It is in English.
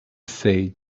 said